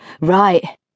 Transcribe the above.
right